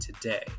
today